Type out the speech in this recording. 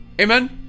Amen